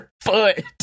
foot